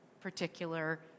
particular